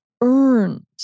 earned